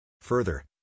Further